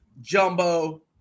jumbo